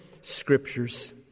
scriptures